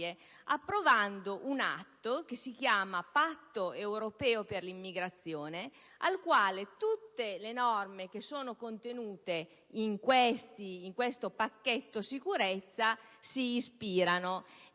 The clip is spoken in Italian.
approvando il Patto europeo per l'immigrazione, al quale tutte le norme contenute in questo pacchetto sicurezza si ispirano.